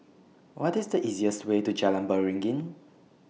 What IS The easiest Way to Jalan Beringin